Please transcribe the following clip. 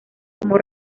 como